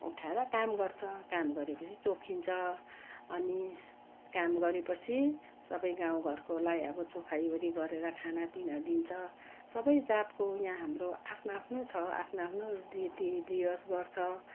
उठाएर काम गर्छ काम गऱ्यो पछि चोखिन्छ अनि काम गऱ्यो पछि सबै गाउँ घरकोलाई अब चोखाइवरि गरेर खानापिना दिन्छ सबै जातको यहाँ हाम्रो आफ्नो आफ्नो छ आफ्नो आफ्नो रीतिरिवाज गर्छ